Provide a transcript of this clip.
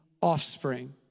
offspring